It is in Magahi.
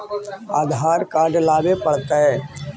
आधार कार्ड लाबे पड़तै?